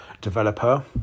developer